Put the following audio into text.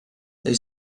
they